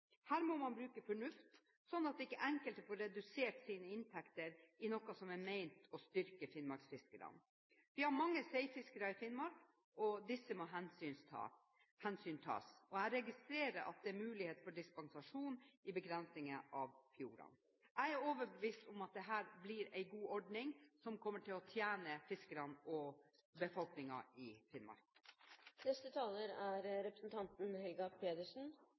Her må man bruke fornuft, slik at ikke enkelte får redusert sine inntekter i noe som er ment å styrke finnmarksfiskerne. Vi har mange seifiskere i Finnmark, og disse må hensyntas. Jeg registrerer at det er mulighet for dispensasjon i begrensninger av fjordene. Jeg er overbevist om at dette blir en god ordning, som kommer til å tjene fiskerne og befolkningen i Finnmark. Dette er